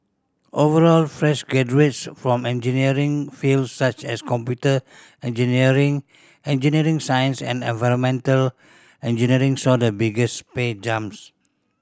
overall fresh graduates from engineering fields such as computer engineering engineering science and environmental engineering saw the biggest pay jumps